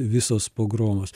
visas pogromas